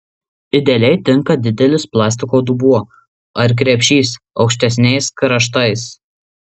idealiai tinka didelis plastiko dubuo ar krepšys aukštesniais kraštais